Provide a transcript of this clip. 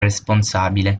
responsabile